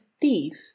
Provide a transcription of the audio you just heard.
thief